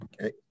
Okay